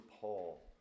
Paul